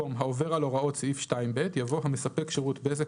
במקום "העובר על הוראות סעיף 2(ב)" יבוא "המספק שירות בזק